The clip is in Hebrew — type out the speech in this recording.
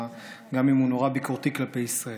גם אם הוא נורא ביקורתי כלפי ישראל.